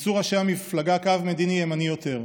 אימצו ראשי המפלגה קו מדיני ימני יותר,